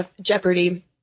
Jeopardy